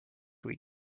week